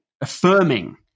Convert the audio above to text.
affirming